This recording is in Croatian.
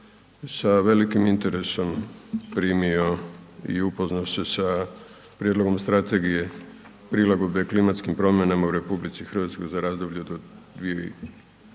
sa velik interesom primio i upoznao se sa Prijedlogom Strategije prilagodbe klimatskim promjenama u RH za razdoblje do 2040.